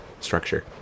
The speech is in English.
structure